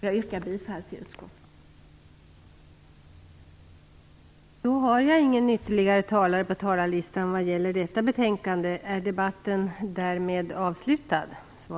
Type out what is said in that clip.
Jag yrkar bifall till utskottets hemställan.